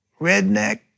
redneck